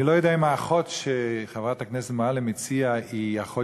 אני לא יודע אם האחות שחברת הכנסת הציעה היא אחות